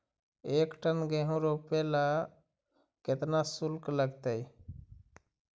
एक टन गेहूं रोपेला केतना शुल्क लगतई?